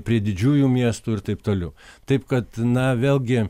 prie didžiųjų miestų ir taip toliau taip kad na vėlgi